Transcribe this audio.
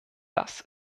das